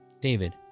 David